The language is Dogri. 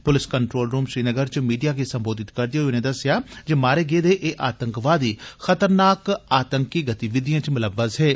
पुलस कन्ट्रोल रुम श्रीनगर च मीडिया गी सम्बोधित करदे होई उनें दस्सेआ जे मारे गेदे एह् आतंकवादी खतरनाक आतंकी गतिविधिएं च मुलव्वज़ हे